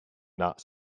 not